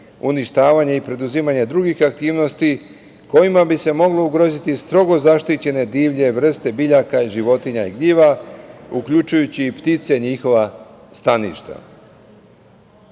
uništavanje i preduzimanje drugih aktivnosti kojima bi se mogle ugroziti strogo zaštićene divlje vrste biljaka, životinja i gljiva, uključujući i ptice i njihova staništa.